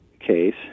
case